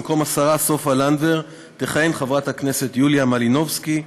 במקום השרה סופה לנדבר תכהן חברת הכנסת יוליה מלינובסקי,